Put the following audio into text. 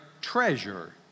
treasure